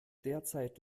derzeit